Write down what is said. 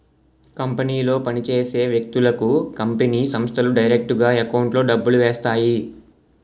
కంపెనీలో పని చేసే వ్యక్తులకు కంపెనీ సంస్థలు డైరెక్టుగా ఎకౌంట్లో డబ్బులు వేస్తాయి